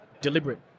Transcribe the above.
deliberate